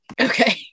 okay